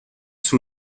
sous